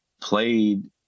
played